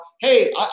hey